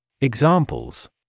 Examples